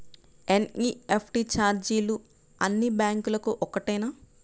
NEFT ఛార్జీలు అన్నీ బ్యాంక్లకూ ఒకటేనా?